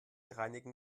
reinigen